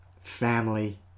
family